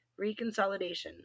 reconsolidation